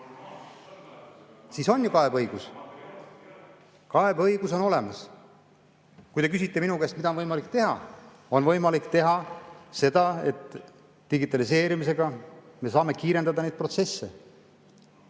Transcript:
Siis on ju kaebeõigus! Kaebeõigus on olemas. Kui te küsite minu käest, mida on võimalik teha, siis [ütlen, et] on võimalik teha seda, et digitaliseerimisega me saame kiirendada neid protsesse.